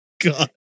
God